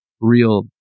real